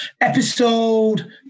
episode